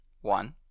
One